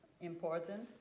important